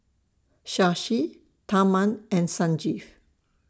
Shashi Tharman and Sanjeev